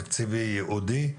תקציבי ייעודי.